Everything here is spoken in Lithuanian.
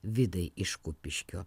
vidai iš kupiškio